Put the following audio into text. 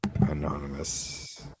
anonymous